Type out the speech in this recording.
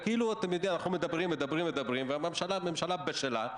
אנחנו מדברים מדברים מדברים והממשלה בשלה,